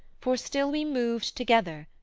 for still we moved together,